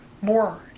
more